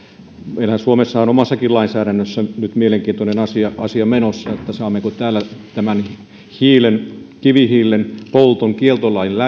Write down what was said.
meillä suomessahan on omassakin lainsäädännössä nyt mielenkiintoinen asia asia menossa saammeko täällä tämän kivihiilen polton kieltolailla